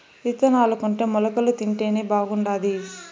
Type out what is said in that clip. ఇత్తనాలుకంటే మొలకలు తింటేనే బాగుండాది